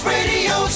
Radio